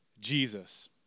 Jesus